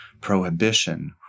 prohibition